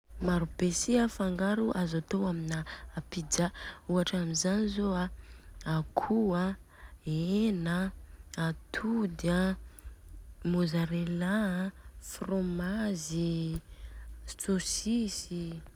Maro be si a fangaro azo atô amina pizza, ohatra amizany zô a, akoho an de hena an, atody an, môzarela an, frômazy i, sôsisy i.